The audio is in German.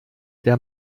der